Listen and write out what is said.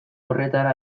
horretara